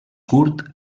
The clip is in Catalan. curt